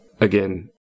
again